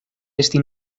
esti